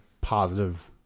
positive